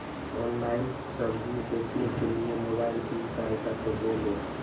Online सब्जी बेचने के लिए मोबाईल की सहायता कैसे ले?